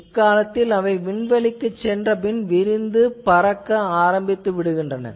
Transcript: இக்காலத்தில் அவை விண்வெளிக்குச் சென்ற பின்னர் விரிந்து பறக்க ஆரம்பிக்கின்றன